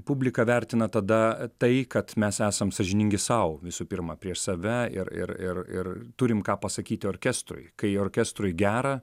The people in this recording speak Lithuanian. publika vertina tada tai kad mes esam sąžiningi sau visų pirma prieš save ir ir ir ir turim ką pasakyti orkestrui kai orkestrui gera